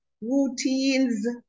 routines